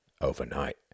Overnight